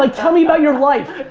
like tell me about your life.